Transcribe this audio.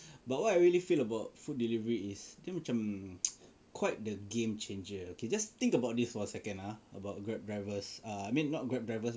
but what I really feel about food delivery is dia macam quite the game changer okay just think about this for a second ah about Grab drivers err not Grab drivers